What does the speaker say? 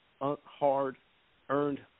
hard-earned